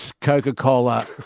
Coca-Cola